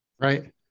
Right